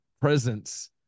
presence